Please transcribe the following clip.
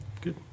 Good